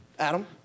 Adam